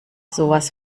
sowas